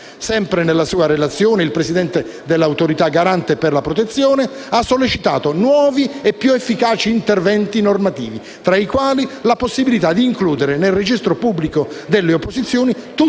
Sempre nella sua relazione, il Presidente dell'Autorità garante per la protezione dei dati personali ha sollecitato nuovi e più efficaci interventi normativi, tra i quali la possibilità di includere nel registro pubblico delle opposizioni tutte le utenze,